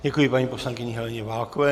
Děkuji paní poslankyni Heleně Válkové.